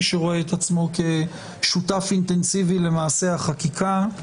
מי שרואה עצמו כשותף אינטנסיבי למעשה החקיקה,